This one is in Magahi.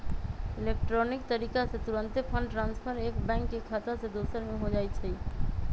इलेक्ट्रॉनिक तरीका से तूरंते फंड ट्रांसफर एक बैंक के खता से दोसर में हो जाइ छइ